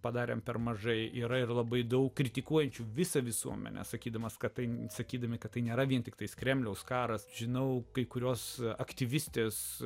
padarėme per mažai yra ir labai daug kritikuojančių visą visuomenę sakydamas kad tai sakydami kad tai nėra vien tiktai kremliaus karas žinau kai kurios aktyvistės